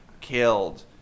killed